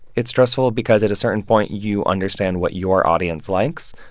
it's stressful because, at a certain point, you understand what your audience likes.